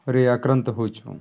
ରେ ଆକ୍ରାନ୍ତ ହେଉଛୁଁ